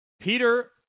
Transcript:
Peter